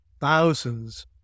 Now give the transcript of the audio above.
thousands